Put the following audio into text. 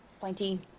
pointy